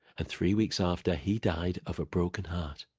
and three weeks after he died of a broken heart.